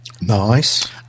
Nice